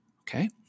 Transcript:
okay